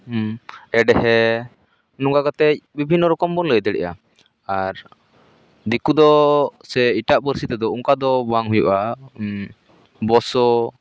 ᱮᱰᱷᱦᱮ ᱱᱚᱝᱠᱟ ᱠᱟᱛᱮᱫ ᱵᱤᱵᱷᱤᱱᱱᱚ ᱨᱚᱠᱚᱢ ᱵᱚᱱ ᱞᱟᱭ ᱫᱟᱲᱮᱭᱟᱜᱼᱟ ᱟᱨ ᱫᱤᱠᱩ ᱫᱚ ᱥᱮ ᱮᱴᱟᱜ ᱯᱟᱹᱨᱥᱤ ᱛᱮᱫᱚ ᱚᱱᱠᱟ ᱫᱚ ᱵᱟᱝ ᱦᱩᱭᱩᱜᱼᱟ ᱵᱚᱥᱳ